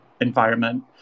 environment